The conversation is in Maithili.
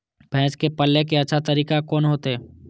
भैंस के पाले के अच्छा तरीका कोन होते?